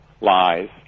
lies